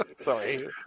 sorry